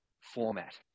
format